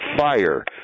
fire